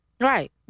right